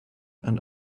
and